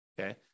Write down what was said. Okay